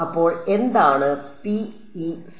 അപ്പോൾ എന്താണ് PEC